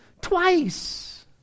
twice